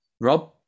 Rob